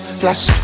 flash